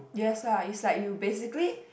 yes lah it's like you basically